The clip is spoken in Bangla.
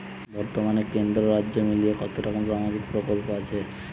বতর্মানে কেন্দ্র ও রাজ্য মিলিয়ে কতরকম সামাজিক প্রকল্প আছে?